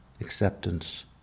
acceptance